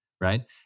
right